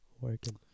Working